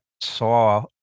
saw